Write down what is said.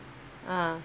ah